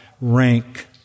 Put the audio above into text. rank